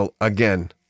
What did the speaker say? again